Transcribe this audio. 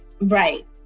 right